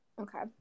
okay